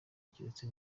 keretse